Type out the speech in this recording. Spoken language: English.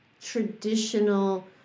traditional